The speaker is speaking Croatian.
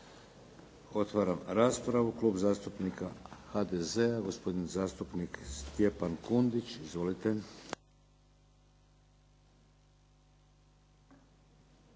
Otvaram raspravu. Klub zastupnika HDZ-a, gospodin zastupnik Stjepan Kundić. Izvolite.